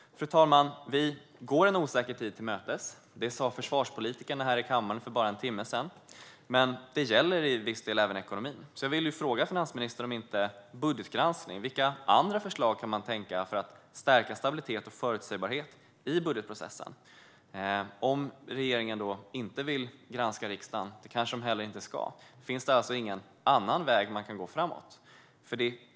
Fru talman! Vi går en osäker tid till mötes. Det sa försvarspolitikerna här i kammaren för bara en timme sedan, men det gäller till viss del även ekonomin. Jag vill fråga finansministern: Vilka andra förslag kan man tänka sig för att stärka stabiliteten och förutsägbarheten i budgetprocessen om nu inte budgetgranskning är ett sådant förslag? Finns det ingen annan väg som man kan gå framåt om regeringen nu inte vill granska riksdagen, vilket man kanske inte heller ska?